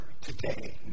today